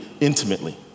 intimately